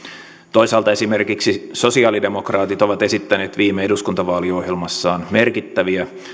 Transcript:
toisaalta esimerkiksi sosiaalidemokraatit ovat esittäneet viime eduskuntavaaliohjelmassaan merkittäviä